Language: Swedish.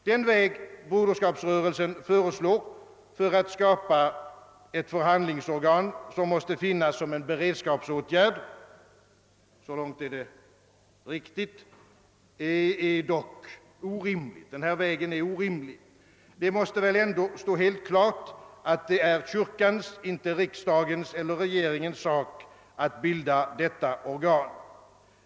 Den väg Broderskapsrörelsen föreslår för att skapa ett förhandlingsorgan, som måste finnas som en beredskapsåtgärd, är orimlig. Det måste ändå stå helt klart, att det är kyrkans, inte riksdagens eller regeringens sak, att bilda detta organ.